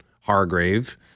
Hargrave